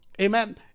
Amen